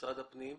משרד הפנים?